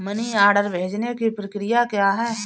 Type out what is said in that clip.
Money order भेजने की प्रक्रिया क्या है?